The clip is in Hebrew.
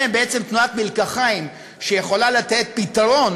זוהי בעצם תנועת מלקחיים שיכולה לתת פתרון